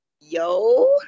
Yo